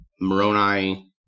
Moroni